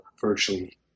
virtually